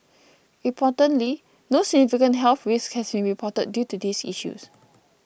importantly no significant health risks have been reported due to these issues